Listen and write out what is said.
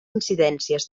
incidències